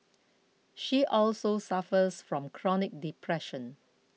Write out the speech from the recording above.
she also suffers from chronic depression